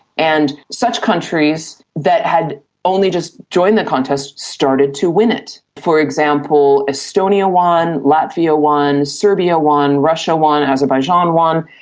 and such countries that had only just joined the contest started to win it. for example, estonia won, latvia won, serbia won, russia won, and azerbaijan won,